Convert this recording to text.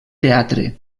teatre